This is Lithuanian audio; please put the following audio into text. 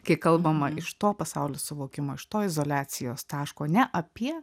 kai kalbama iš to pasaulio suvokimo iš to izoliacijos taško ne apie